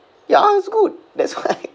ya it's good that's why